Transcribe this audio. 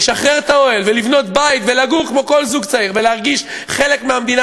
לשחרר את האוהל ולבנות בית ולגור כמו כל זוג צעיר ולהרגיש חלק מהמדינה,